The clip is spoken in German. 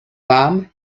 warm